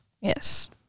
Yes